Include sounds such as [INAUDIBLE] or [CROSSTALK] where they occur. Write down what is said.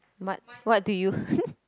but what do you [LAUGHS]